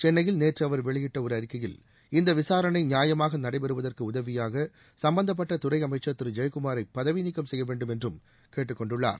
சென்னையில் நேற்று அவர் வெளியிட்ட ஒரு அறிக்கையில் இந்த விசாரணை நியாயமாக நடைபெறுவதற்கு உதவியாக சும்பந்தப்பட்ட துறை அமைச்சா் திரு ஜெயக்குமாரை பதவிநீக்கம் செய்ய வேண்டும் என்றும் கேட்டுக்கொண்டுள்ளார்